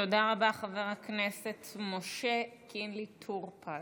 תודה רבה, חבר הכנסת משה קינלי טור פז.